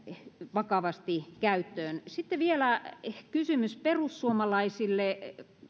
vakavasti ja käyttöön vielä kysymys perussuomalaisille